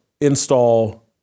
install